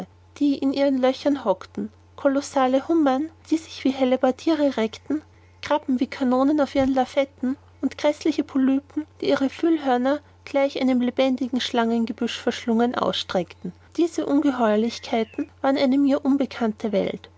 die in ihren löchern hockten kolossale hummern die sich wie hellebardiere reckten krabben wie kanonen auf ihren laffetten und gräßliche polypen die ihre fühlhörner gleich einem lebendigen schlangengebüsch verschlungen ausstreckten diese ungeheuerlichkeiten waren eine mir unbekannte welt